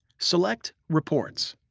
select reports.